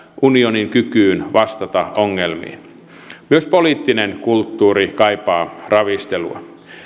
unionin kykyyn vastata ongelmiin myös poliittinen kulttuuri kaipaa ravistelua